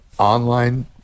Online